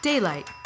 Daylight